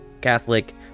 catholic